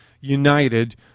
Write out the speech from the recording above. united